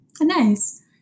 Nice